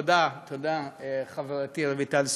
תודה, חברתי רויטל סויד.